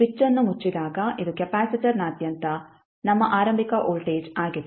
ಸ್ವಿಚ್ಅನ್ನು ಮುಚ್ಚಿದಾಗ ಇದು ಕೆಪಾಸಿಟರ್ನಾದ್ಯಂತ ನಮ್ಮ ಆರಂಭಿಕ ವೋಲ್ಟೇಜ್ ಆಗಿದೆ